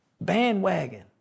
bandwagon